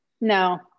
No